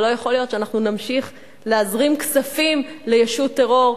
ולא יכול להיות שאנחנו נמשיך להזרים כספים לישות טרור.